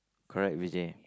correct Vijay